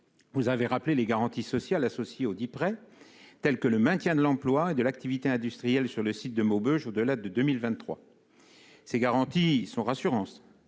il a rappelé les garanties sociales associées audit prêt, telles que le maintien de l'emploi et de l'activité industrielle sur le site de Maubeuge au-delà de 2023. Ces garanties sont rassurantes,